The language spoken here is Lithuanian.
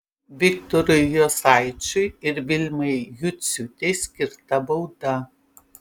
viktorui jocaičiui ir vilmai juciūtei skirta bauda